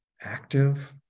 active